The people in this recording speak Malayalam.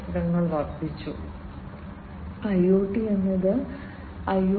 അതിനാൽ നമുക്ക് ഒരു സ്മാർട്ട് സെൻസർ നോഡിന്റെ ആർക്കിടെക്ചർ നോക്കാം